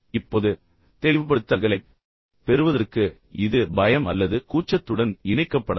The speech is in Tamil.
இப்போது தெளிவுபடுத்தல்களைப் பெறுவதற்கு இது பயம் அல்லது கூச்சத்துடன் இணைக்கப்படலாம்